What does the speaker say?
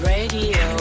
Radio